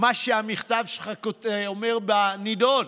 מה שהמכתב שלך אומר בנדון.